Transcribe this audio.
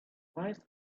wise